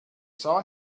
saw